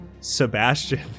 Sebastian